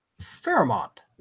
Fairmont